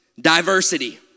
diversity